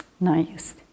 Nice